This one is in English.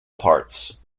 parts